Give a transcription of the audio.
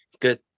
good